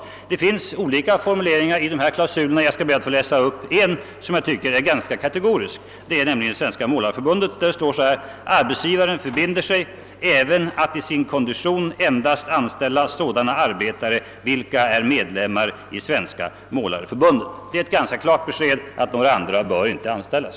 Ja det finns olika formuleringar i klausulerna och jag skall be att få läsa upp en; den återfinns i Svenska målareförbundets klausuler där det bl.a. står följande: »Arbetsgivaren förbinder sig att i sin kondition endast anställa sådana arbetare, vilka äro medlemmar i Svenska Målareförbundet.» Detta är ett ganska klart besked om att några andra inte bör anställas.